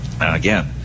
Again